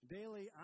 Daily